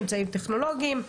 אמצעים טכנולוגיים.